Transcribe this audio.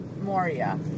Moria